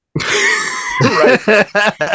right